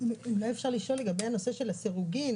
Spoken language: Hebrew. אולי אפשר לשאול לגבי הנושא של הסירוגין,